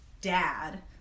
dad